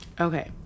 okay